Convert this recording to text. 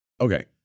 Okay